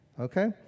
Okay